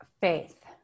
Faith